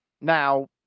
Now